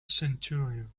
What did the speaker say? centurion